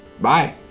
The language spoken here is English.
Bye